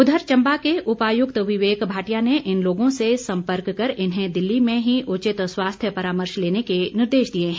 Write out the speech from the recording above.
उधर चम्बा के उपायुक्त विवेक भाटिया ने इन लोगों से संपर्क कर इन्हें दिल्ली में ही उचित स्वास्थ्य परामर्श लेने के निर्देश दिए हैं